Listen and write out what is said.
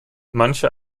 manche